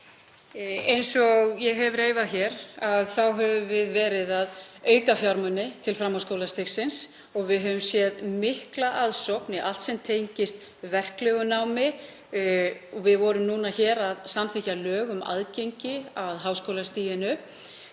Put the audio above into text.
Eins og ég hef reifað hér þá höfum við verið að auka fjármuni til framhaldsskólastigsins. Við höfum séð mikla aðsókn í allt sem tengist verklegu námi og við vorum að samþykkja lög um aðgengi að háskólastiginu.